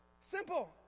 Simple